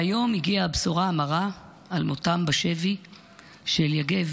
והיום הגיעה הבשורה המרה על מותם בשבי של יגב